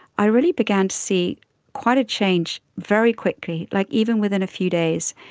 i really began to see quite a change very quickly, like even within a few days.